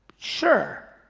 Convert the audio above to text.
sure.